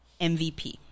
MVP